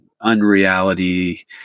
unreality